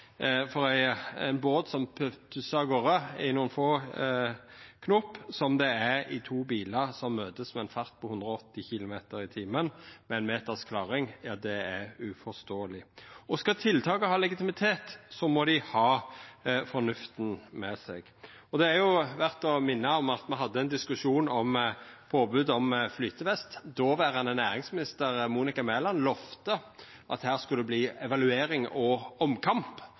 ein båt som tussar av garde i nokon få knop, som det er for to bilar som møtast i ein fart på 180 km/t med ein meters klaring, er uforståeleg. Skal tiltaka ha legitimitet, må dei ha fornufta med seg. Det er verdt å minna om at me hadde ein diskusjon om påbod om flytevest. Dåverande næringsminister, Monica Mæland, lovde at her skulle det verta evaluering og omkamp.